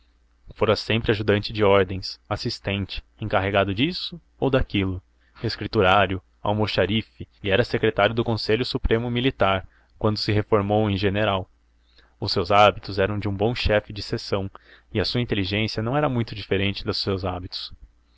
fora sempre ajudante de ordens assistente encarregado disso ou daquilo escriturário almoxarife e era secretário do conselho supremo militar quando se reformou em general os seus hábitos eram de um bom chefe de seção e a sua inteligência não era muito diferente dos seus hábitos